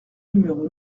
numéro